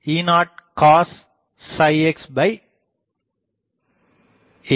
Ey ay E0 cosxa